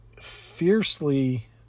fiercely